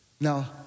Now